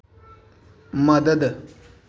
मदद